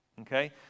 Okay